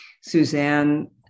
Suzanne